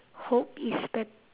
hope is bet~